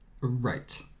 Right